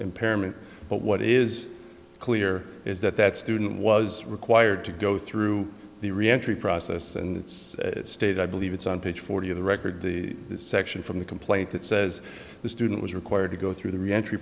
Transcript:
impairment but what is clear is that that student was required to go through the reentry process and it's state i believe it's on page forty of the record the section from the complaint that says the student was required to go through the